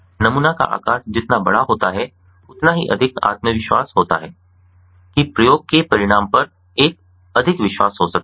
नमूना का आकार जितना बड़ा होता है उतना ही अधिक आत्मविश्वास होता है कि प्रयोग के परिणाम पर एक अधिक विश्वास हो सकता है